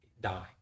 die